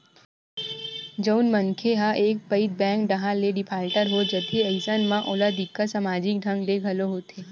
जउन मनखे ह एक पइत बेंक डाहर ले डिफाल्टर हो जाथे अइसन म ओला दिक्कत समाजिक ढंग ले घलो होथे